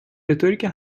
بطوریکه